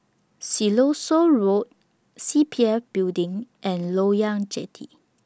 Siloso Road C P F Building and Loyang Jetty